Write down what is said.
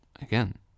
again